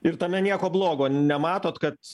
ir tame nieko blogo nematot kad